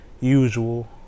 usual